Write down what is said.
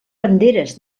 banderes